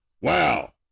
Wow